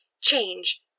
change